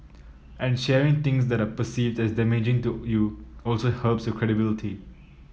and sharing things that are perceived as damaging to you also helps your credibility